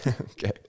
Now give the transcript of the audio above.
Okay